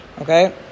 okay